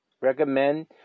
recommend